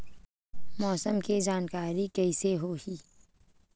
मौसम के जानकारी कइसे होही?